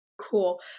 Cool